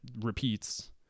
repeats